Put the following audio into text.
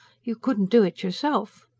you couldn't do it yourself.